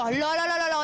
לא, לא, לא, לא.